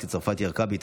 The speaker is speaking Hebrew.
מתי צרפתי הרכבי,